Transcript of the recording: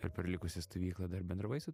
ir per likusią stovyklą dar bendravai su